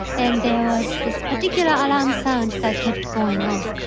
and there was this particular alarm sound that kept going off,